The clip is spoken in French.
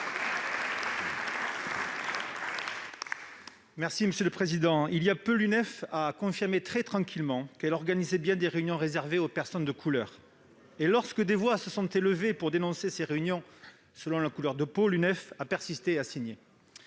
nationale des étudiants de France (UNEF) a confirmé très tranquillement qu'elle organisait bien des réunions réservées aux personnes de couleur. Lorsque des voix se sont élevées pour dénoncer ces réunions selon la couleur de peau, l'UNEF a persisté et a signé.